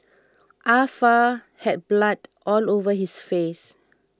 Ah Fa had blood all over his face